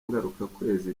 ngarukakwezi